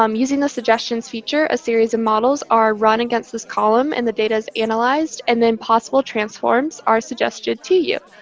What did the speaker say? um using the suggestions feature, a series of models are run against this column. and the data is analyzed. and then possible transforms are suggested to you.